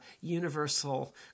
universal